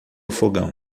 fogão